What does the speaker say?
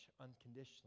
unconditionally